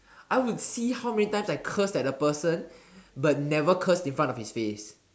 I would see how many times I curse at a person but never curse in front of his face